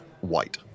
white